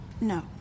No